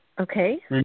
Okay